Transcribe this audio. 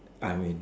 I mean